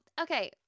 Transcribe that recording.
okay